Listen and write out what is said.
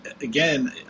again